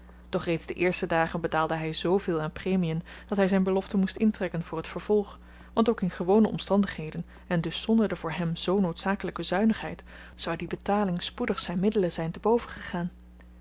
doch reeds de eerste dagen betaalde hy zveel aan premien dat hy zyn belofte moest intrekken voor t vervolg want ook in gewone omstandigheden en dus zonder de voor hem zoo noodzakelyke zuinigheid zou die betaling spoedig zyn middelen zyn te boven gegaan